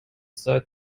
seit